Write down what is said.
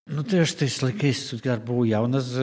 nu tai aš tais laikais dar buvau jaunas